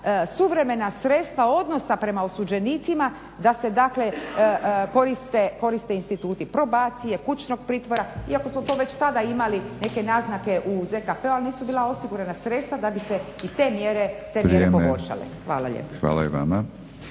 suvremena sredstva odnosa prema osuđenicima da se dakle koriste instituti probacije, kućnog pritvora iako smo to već tada imali neke naznake u ZKP-u ali nisu bila osigurana sredstva da bi se i te mjere poboljšale. Hvala lijepa. **Batinić,